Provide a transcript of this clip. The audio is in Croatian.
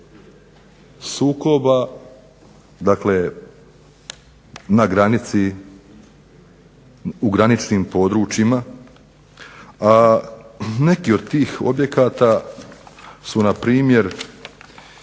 sukoba dakle na granici u graničnim područjima. Neki od tih objekata su na primjer